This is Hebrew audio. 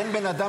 אין בן אדם